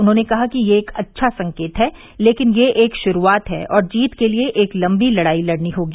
उन्होंने कहा कि यह एक अच्छा संकेत है लेकिन यह श्रूआत है और जीत के लिए एक लंबी लड़ाई लड़नी होगी